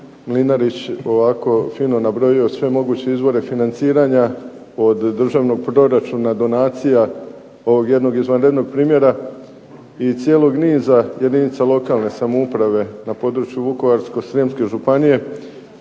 Mlinarić ovako fino nabrojio sve moguće izvore financiranja od državnog proračuna, donacija, ovog jednog izvanrednog primjera i cijelog niza jedinica lokalne samouprave, na području Vukovarsko-srijemske županije,